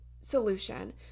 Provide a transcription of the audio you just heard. solution